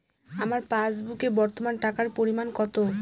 আমার পাসবুকে বর্তমান টাকার পরিমাণ কত?